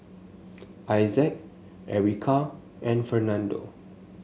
Issac Ericka and Fernando